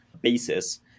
basis